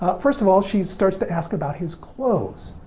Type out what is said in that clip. ah first of all, she starts to ask about his clothes.